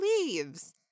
leaves